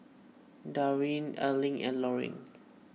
Darwyn Erling and Loring